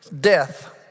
Death